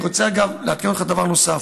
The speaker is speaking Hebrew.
אני רוצה, אגב, לעדכן אותך בדבר נוסף: